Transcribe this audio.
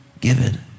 given